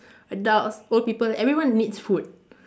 adults old people everyone needs food